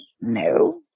no